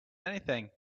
anything